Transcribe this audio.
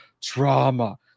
trauma